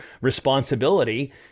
responsibility